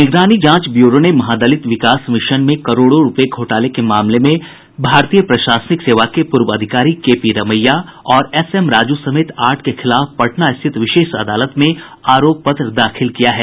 निगरानी जांच ब्यूरो ने महादलित विकास मिशन में करोड़ो रूपये घोटाले के मामले में भारतीय प्रशासनिक सेवा के पूर्व अधिकारी केपी रमैया और एस एम राजू समेत आठ के खिलाफ पटना स्थित विशेष अदालत में आरोप पत्र दाखिल किया है